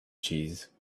cheese